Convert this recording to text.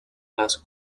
las